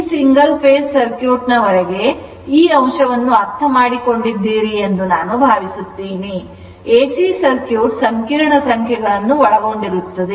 ಈ single phase circuit ವರೆಗೆ ಈ ಅಂಶವನ್ನು ಅರ್ಥಮಾಡಿಕೊಂಡಿದ್ದೀರಿ ಎಂದು ನಾನು ಭಾವಿಸುತ್ತೇನೆ ಎಸಿ ಸರ್ಕ್ಯೂಟ್ ಸಂಕೀರ್ಣ ಸಂಖ್ಯೆಯನ್ನು ಒಳಗೊಂಡಿರುತ್ತದೆ